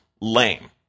lame